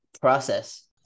process